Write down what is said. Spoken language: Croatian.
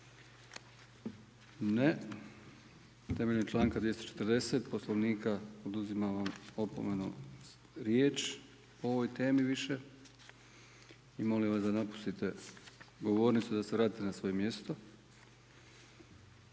Temeljem članka 240. Poslovnika oduzimam vam opomenom riječ o ovoj temi više i molim vas da napustite govornicu i da se vratite na svoje mjesto.